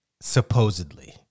Supposedly